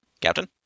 Captain